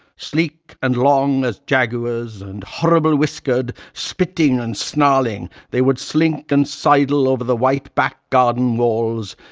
sleek and long as jaguars and horrible-whiskered, spitting and snarling, they would slink and sidle over the white back-garden walls,